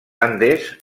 andes